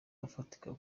afatika